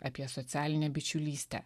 apie socialinę bičiulystę